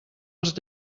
els